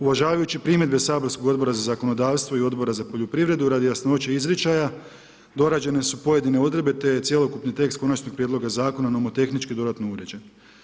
Uvažavajući primjedbe saborskog Odbora za zakonodavstvo i Odbora za poljoprivredu radi jasnoće izričaja dorađene su pojedine odredbe te je cjelokupni tekst konačnog prijedloga zakona nomotehnički dodatno uređen.